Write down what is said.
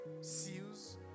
seals